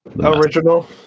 Original